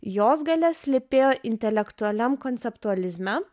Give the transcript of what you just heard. jos galia slypėjo intelektualiam konceptualizmą